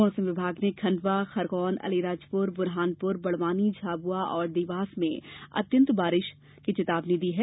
मौसम विभाग ने खंडवा खरगोनअलीराजपुर बुरहानपुर बड़वानी झाबुआ और देवास में अंत्यत भारी बारिश की चेतावनी दी है